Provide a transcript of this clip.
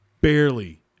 barely